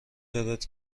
دارد